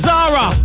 Zara